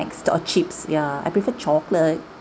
or chips ya I prefer chocolate